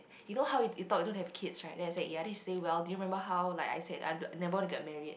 you know how you you thought you don't have kids right then I said ya then she says well do you remember how like I said I'd never want to get married